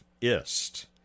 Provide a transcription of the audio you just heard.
Ist